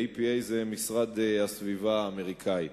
המשרד להגנת הסביבה האמריקני,